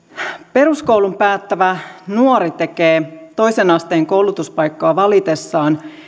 peruskoulun päättävä nuori tekee toisen asteen koulutuspaikkaa valitessaan